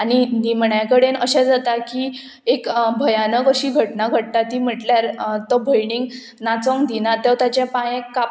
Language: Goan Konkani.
आनी निमण्या कडेन अशें जाता की एक भयानक अशी घटना घडटा ती म्हटल्यार तो भयणीक नाचोंक दिना ते ताचे पांये कापता